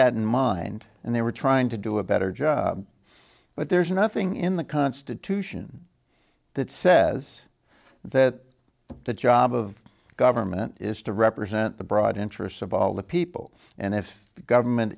that in mind and they were trying to do a better job but there's nothing in the constitution that says that the job of government is to represent the broad interests of all the people and if the government